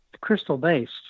crystal-based